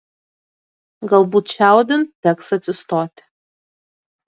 galbūt čiaudint teks atsistoti